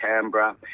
Canberra